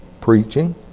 preaching